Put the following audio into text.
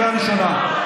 קריאה ראשונה.